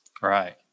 Right